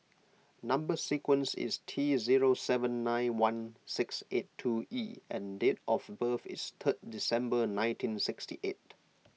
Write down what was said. Number Sequence is T zero seven nine one six eight two E and date of birth is third December nineteen sixty eight